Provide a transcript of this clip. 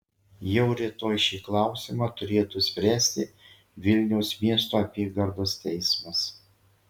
jau rytoj šį klausimą turėtų spręsti vilniaus miesto apygardos teismas